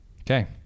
Okay